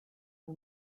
new